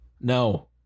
no